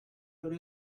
loro